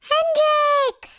Hendrix